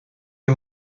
nie